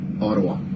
Ottawa